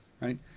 right